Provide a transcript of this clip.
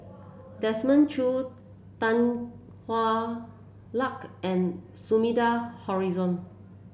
Desmond Choo Tan Hwa Luck and Sumida Haruzo